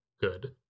good